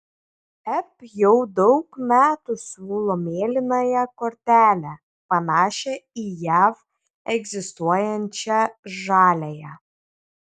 ep jau daug metų siūlo mėlynąją kortelę panašią į jav egzistuojančią žaliąją